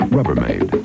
Rubbermaid